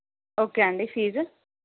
okay అండి fee